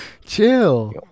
Chill